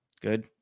Good